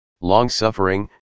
long-suffering